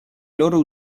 loro